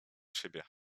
siebie